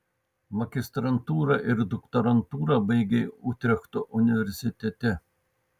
magistrantūrą ir doktorantūrą baigei utrechto universitete